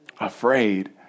afraid